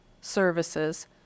services